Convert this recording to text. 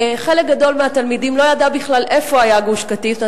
וחלק גדול מהתלמידים לא ידע בכלל איפה היה גוש-קטיף.